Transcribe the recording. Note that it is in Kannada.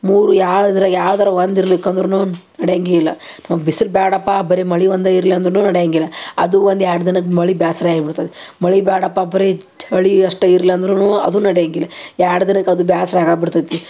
ಮೂರೂ ಯಾವ್ದ್ರಗ ಯಾವ್ದಾರ ಒಂದು ಇರ್ಲಿಕ್ಕೆ ಅಂದ್ರೂನು ನಡೆಯಂಗಿಲ್ಲ ನಾವು ಬಿಸಿಲು ಬೇಡಪ್ಪ ಬರಿ ಮಳೆ ಒಂದೇ ಇರಲಿ ಅಂದ್ರೂನು ನಡೆಯಂಗಿಲ್ಲ ಅದೂ ಒಂದು ಎರಡು ದಿನದ ಮಳೆ ಬೇಸ್ರ ಆಗಿಬಿಡ್ತದೆ ಮಳೆ ಬೇಡಪ್ಪ ಬರೀ ಚಳಿ ಅಷ್ಟೇ ಇರ್ಲಿ ಅಂದ್ರೂ ಅದೂ ನಡೆಯಂಗಿಲ್ಲ ಎರಡು ದಿನಕ್ಕೆ ಅದೂ ಬೇಸ್ರ ಆಗಿಬಿಡ್ತತಿ